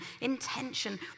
intention